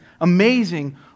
amazing